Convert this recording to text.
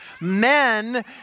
men